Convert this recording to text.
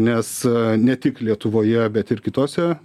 nes ne tik lietuvoje bet ir kitose